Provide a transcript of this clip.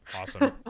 Awesome